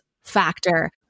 factor